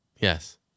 Yes